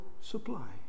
supply